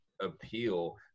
appeal